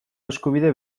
eskubide